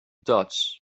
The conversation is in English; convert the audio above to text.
dots